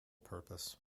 purpose